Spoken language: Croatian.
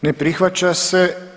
Ne prihvaća se.